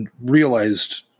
realized